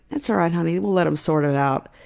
it's alright, honey. we'll let them sort it out.